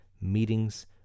Meetings